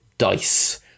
Dice